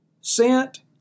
sent